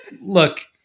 look